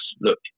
look